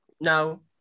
No